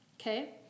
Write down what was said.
Okay